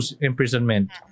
imprisonment